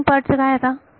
testing part चे काय आता